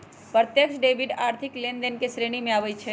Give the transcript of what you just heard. प्रत्यक्ष डेबिट आर्थिक लेनदेन के श्रेणी में आबइ छै